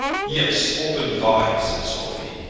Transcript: yes open vide, said sophie,